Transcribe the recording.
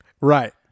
right